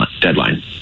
deadline